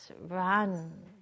run